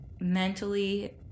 mentally